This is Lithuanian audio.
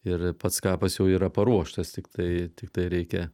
ir pats kapas jau yra paruoštas tiktai tiktai reikia